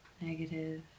negative